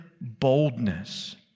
boldness